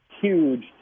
huge